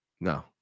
no